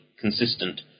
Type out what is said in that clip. consistent